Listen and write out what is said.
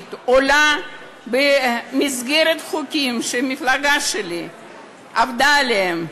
עולה במסגרת החוקים שהמפלגה שלי עבדה עליהם,